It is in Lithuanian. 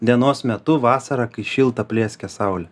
dienos metu vasarą kai šilta plieskia saulė